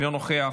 אינו נוכח.